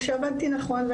וכשעבדתי נכון,